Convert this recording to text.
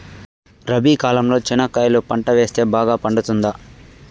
రబి కాలంలో చెనక్కాయలు పంట వేస్తే బాగా పండుతుందా?